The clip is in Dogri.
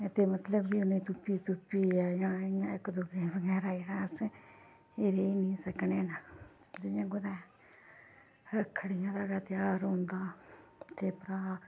ते मतलब कि उ'नेंगी तुप्पी तुप्पियै जां इ'यां इक दुए बगैरा जेह्ड़ा असें रेही नी सकने न जियां कुदै रक्खड़ी दा गै ध्यार औंदा ते भ्राऽ